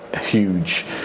huge